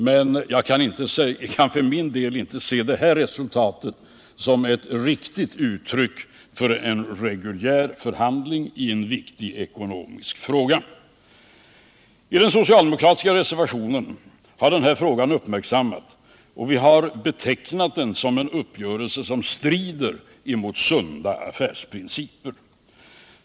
Men jag kan för min del inte se det här resultatet som ett riktigt uttryck för en reguljär förhandling i en viktig ekonomisk fråga. I den socialdemokratiska reservationen har frågan uppmärksammats, och vi har betecknat den som en uppgörelse som strider mot sunda affärsprinciper.